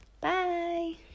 Bye